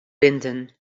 binden